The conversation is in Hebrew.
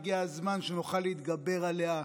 הגיע הזמן שנוכל להתגבר עליה,